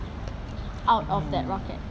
out of that rocket